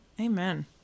Amen